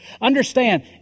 Understand